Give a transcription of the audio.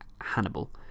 Hannibal